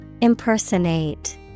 Impersonate